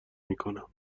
میکنم